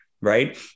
right